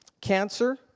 Cancer